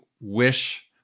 wish